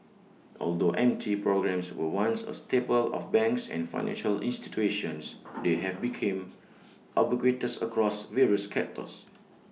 although M T programmes were once A staple of banks and financial institutions they have became ubiquitous across various